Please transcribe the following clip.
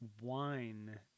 wine